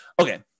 okay